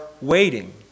waiting